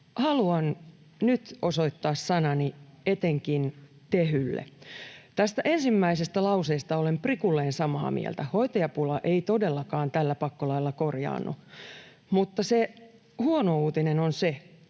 haluan nyt osoittaa sanani etenkin Tehylle: Tästä ensimmäisestä lauseesta olen prikulleen samaa mieltä. Hoitajapula ei todellakaan tällä pakkolailla korjaannu, mutta se huono uutinen on se,